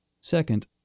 second